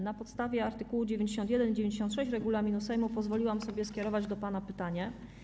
Na podstawie art. 91 i art. 96 regulaminu Sejmu pozwoliłam sobie skierować do pana pytanie.